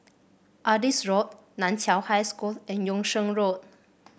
Adis Road Nan Chiau High School and Yung Sheng Road